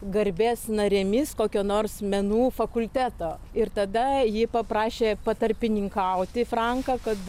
garbės narėmis kokio nors menų fakulteto ir tada ji paprašė patarpininkauti franką kad